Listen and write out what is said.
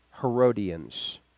Herodians